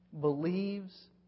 believes